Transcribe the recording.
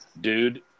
dude